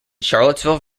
charlottesville